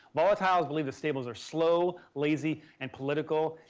volatiles believe stables are slow, lazy, and political,